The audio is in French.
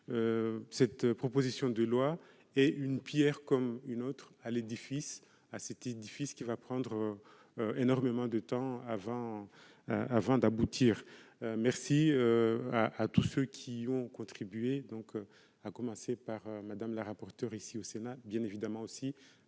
cette proposition de loi est une Pierre comme une autre à l'édifice à cet édifice qui va prendre énormément de temps avant, avant d'aboutir, merci à tous ceux qui ont contribué, donc, à commencer par Madame, la rapporteure ici au Sénat bien évidemment aussi